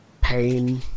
pain